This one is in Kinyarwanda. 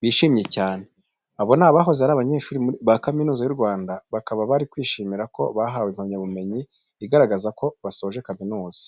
bishimye cyane. Abi ni abahoze ari abanyeshuri ba Kaminuza y'u Rwanda, bakaba bari kwishimira ko bahawe impamyabumenyu igaragaza ko basoje kaminuza.